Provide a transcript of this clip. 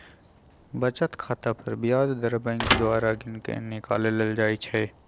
बचत खता पर ब्याज दर बैंक द्वारा गिनके निकालल जाइ छइ